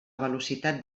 velocitat